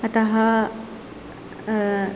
अतः